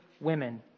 women